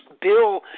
Bill